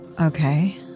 Okay